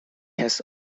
has